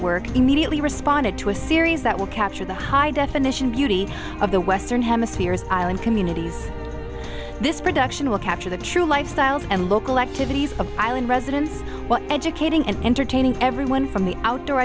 work immediately responded to a series that will capture the high definition of the western hemisphere's island communities this production will capture the true lifestyles and local activities of island residents educating and entertaining everyone from the outdoor